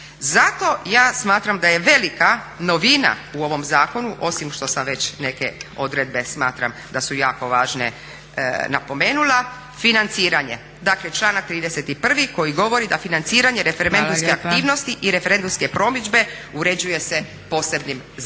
Zato ja smatram da je velika novina u ovom zakonu osim što sam već neke odredbe, smatram da su jako važne napomenula, financiranje. Dakle članak 31. koji govori da financiranje referendumske aktivnosti i referendumske promidžbe uređuje se posebnim zakonom.